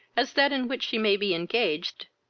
as that in which she may be engaged,